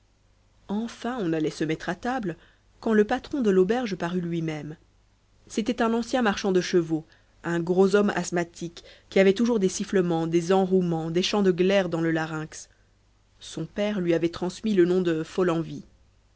enfin on allait se mettre à table quand le patron de l'auberge parut lui-même c'était un ancien marchand de chevaux un gros homme asthmatique qui avait toujours des sifflements des enrouements des chants de glaires dans le larynx son père lui avait transmis le nom de